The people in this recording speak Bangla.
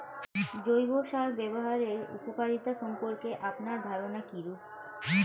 জৈব সার ব্যাবহারের উপকারিতা সম্পর্কে আপনার ধারনা কীরূপ?